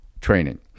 training